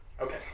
Okay